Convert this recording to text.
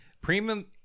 premium